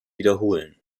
wiederholen